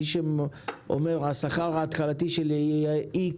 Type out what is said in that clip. כאשר האחד אומר שהשכר ההתחלתי שלו הוא X